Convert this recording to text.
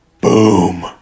Boom